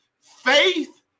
Faith